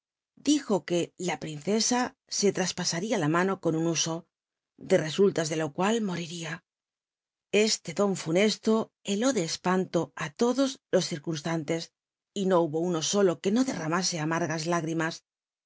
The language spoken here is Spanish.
tlijo que la princesa e lraspasaria la mano con ttn huso de resullas de lo cual moriria j slc don funesto heló de espanto ú todos los circnn lanles y no hubo uno solo que no derramase amargas lágrimas en